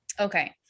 Okay